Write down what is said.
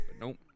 Nope